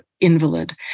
invalid